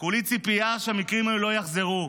כולי ציפייה שהמקרים האלה לא יחזרו.